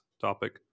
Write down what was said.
topic